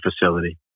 facility